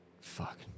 fuck